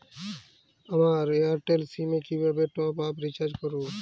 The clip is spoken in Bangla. আমার এয়ারটেল সিম এ কিভাবে টপ আপ রিচার্জ করবো?